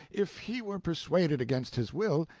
if he were persuaded against his will,